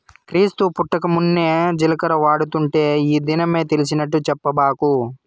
క్రీస్తు పుట్టకమున్నే జీలకర్ర వాడుతుంటే ఈ దినమే తెలిసినట్టు చెప్పబాకు